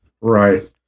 right